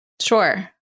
Sure